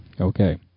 Okay